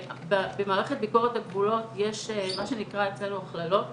במערכת ביקורת הגבולות יש מה שנקרא אצלנו הכללות,